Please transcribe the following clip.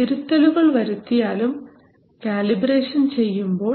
തിരുത്തലുകൾ വരുത്തിയാലും കാലിബ്രേഷൻ ചെയ്യുമ്പോൾ